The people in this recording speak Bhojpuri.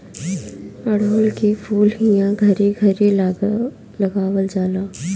अढ़उल के फूल इहां घरे घरे लगावल जाला